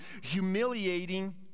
humiliating